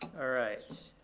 all right,